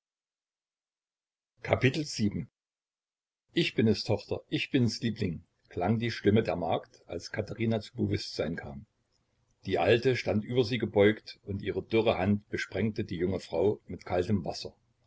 ich bin es tochter ich bin's liebling klang die stimme der magd als katherina zu bewußtsein kam die alte stand über sie gebeugt und ihre dürre hand besprengte die junge frau mit kaltem wasser